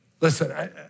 Listen